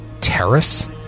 terrace